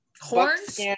horns